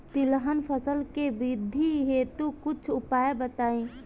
तिलहन फसल के वृद्धि हेतु कुछ उपाय बताई?